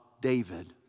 David